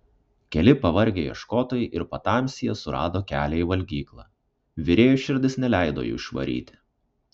keli pavargę ieškotojai ir patamsyje surado kelią į valgyklą virėjui širdis neleido jų išvaryti